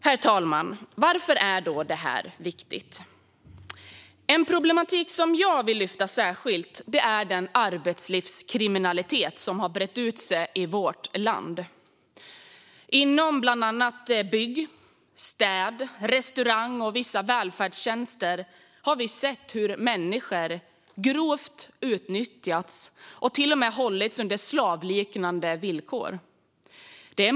Herr talman! Varför är då detta viktigt? En problematik som jag särskilt vill lyfta är den arbetslivskriminalitet som har brett ut sig i vårt land. Inom bland annat bygg, städ, restaurang och välfärdstjänster har vi sett hur människor grovt har utnyttjats och till och med hållits under slavliknande villkor.